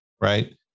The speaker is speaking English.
right